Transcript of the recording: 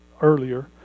earlier